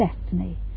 destiny